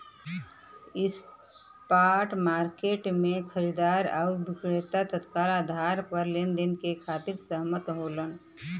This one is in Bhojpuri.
स्पॉट मार्केट में खरीदार आउर विक्रेता तत्काल आधार पर लेनदेन के खातिर सहमत होलन